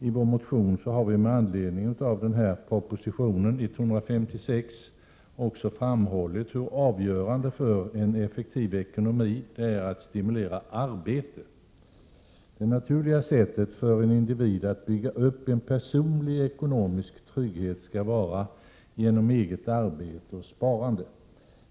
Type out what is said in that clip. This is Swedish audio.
I vår motion med anledning av proposition 156 har vi också framhållit hur avgörande för en effektiv ekonomi det är att stimulera arbete. Det naturliga sättet för en individ att bygga upp en personlig ekonomisk trygghet skall vara genom eget arbete och sparande.